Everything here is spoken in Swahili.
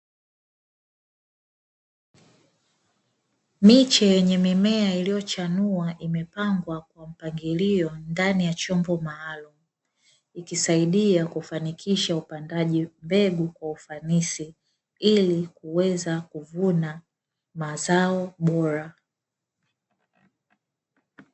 Miche yenye mimea iliyochanua imepambwa kwa mpangilio ndani ya chombo maalum ikisaidiya kufanikisha upandaji mbegu kwa ufanisi ili kuweza kuvuna mazao bora.